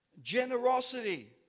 Generosity